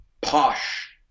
posh